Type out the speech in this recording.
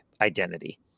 identity